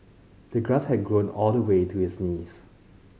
the grass had grown all the way to his knees